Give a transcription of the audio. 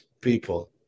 people